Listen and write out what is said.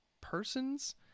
persons